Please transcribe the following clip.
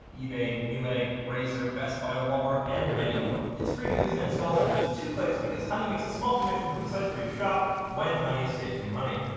ebay, newegg, razor, best buy-walmart and many more. it's free to use, and installs in just two clicks because honey makes a small commission from the sites where you shop when honey saves you money.